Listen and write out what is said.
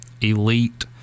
elite